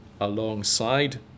alongside